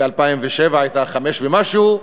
ב-2007 הייתה 5% ומשהו.